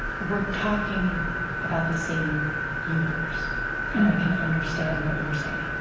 we're talking about the same universe and i can understand what you're saying.